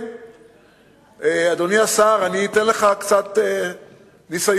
כן, אדוני השר, אני אתן לך קצת ניסיון.